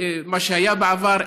כמו שהיה בעבר,